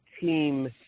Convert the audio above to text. team